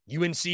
UNC